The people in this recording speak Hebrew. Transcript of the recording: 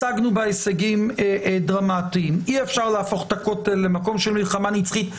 השגנו בה הישגים דרמטיים" אי אפשר להפוך את הכותל למקום של מלחמה נצחית.